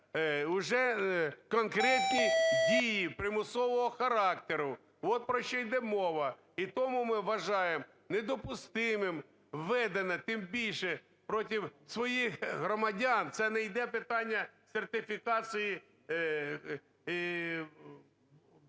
уже конкретні дії примусового характеру. От про що йде мова. І тому ми вважаємо недопустимим введення, тим більше проти своїх громадян, це не йде питання сертифікації…